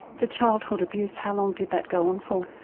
the childhood abuse, how long did that go on for?